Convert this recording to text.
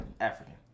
African